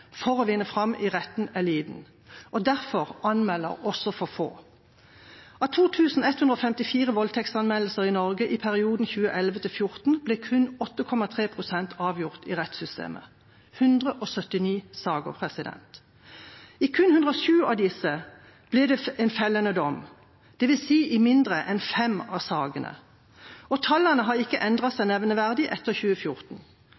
for å vinne fram i retten er liten. Derfor anmelder også for få. Av 2 154 voldtektsanmeldelser i Norge i perioden 2011–2014 ble kun 8,3 pst. avgjort i rettssystemet, dvs. 179 saker. I kun 107 av disse ble det fellende dom, dvs. i færre enn fem av sakene. Og tallene har ikke